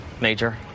Major